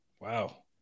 Wow